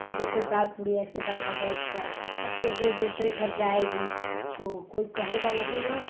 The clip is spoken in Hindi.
कि देखो दालपूड़ी ऐसे बनाओ बैठकर अब क्योंकि वह दूसरे घर जाएगी तो कोई कहेगा नहीं ना